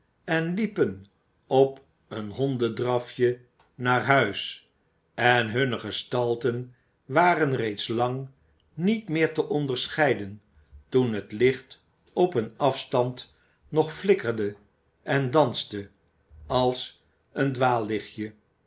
en liepen op een hondendraf je naar huis en hunne gestalten waren reeds lang niet meer te onderscheiden toen het licht op een afstand nog f ikkerde en danste als een